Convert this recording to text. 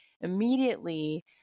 Immediately